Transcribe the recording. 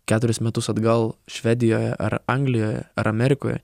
keturis metus atgal švedijoje ar anglijoje ar amerikoje